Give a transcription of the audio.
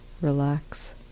relax